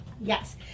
Yes